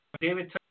David